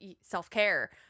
self-care